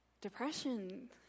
Depression